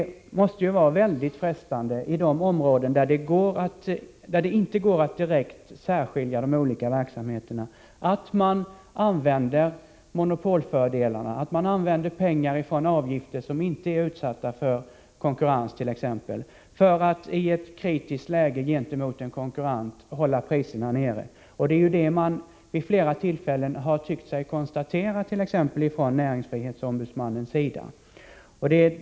Det måste vara mycket frestande för televerket att, på de områden där det inte går att direkt särskilja de olika verksamheterna, använda monopolfördelarna, dvs. använda intäkter inom ett område som inte är utsatt för konkurrens, för att i ett kritiskt läge gentemot en konkurrent hålla priserna nere. Detta har näringsfrihetsombudsmannen kunnat konstatera vid flera tillfällen.